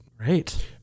Right